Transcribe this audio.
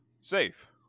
safe